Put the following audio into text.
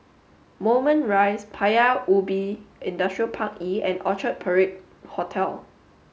Moulmein Rise Paya Ubi Industrial Park E and Orchard Parade Hotel